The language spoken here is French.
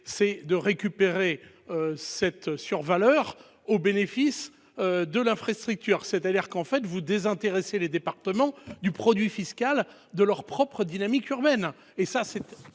de récupérer cette survaleur liée au bénéfice de l'infrastructure et, ce faisant, vous désintéressez les départements du produit fiscal de leur propre dynamique urbaine.